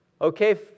Okay